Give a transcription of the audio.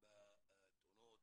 בתאונות